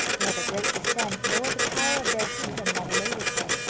nor their great descent, nor the power of their kingdom that elated her.